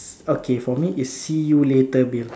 okay for me is see you later Bill